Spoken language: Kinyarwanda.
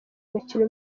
umukino